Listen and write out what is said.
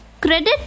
credit